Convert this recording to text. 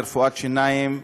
לרפואת שיניים,